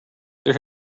there